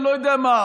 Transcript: אני לא יודע מה,